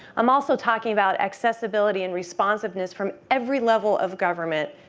i'm also talking about accessibility and responsiveness from every level of government.